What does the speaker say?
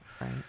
Right